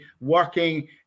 working